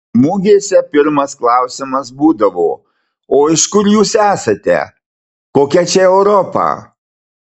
mugėse pirmas klausimas būdavo o iš kur jūs esate kokia čia europa